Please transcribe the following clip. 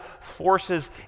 forces